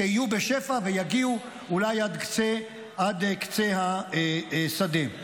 שיהיו בשפע ויגיעו אולי עד קצה השדה.